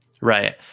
Right